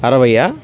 అరవైయా